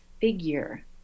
figure